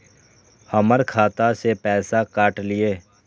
हमर खाता से पैसा काट लिए?